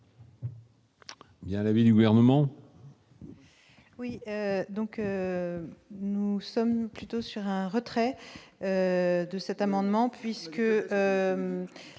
y a l'avis du gouvernement.